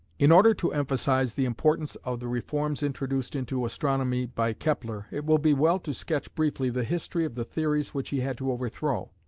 in order to emphasise the importance of the reforms introduced into astronomy by kepler, it will be well to sketch briefly the history of the theories which he had to overthrow.